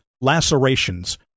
lacerations